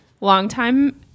longtime